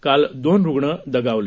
काल दोन रुग्ण दगावले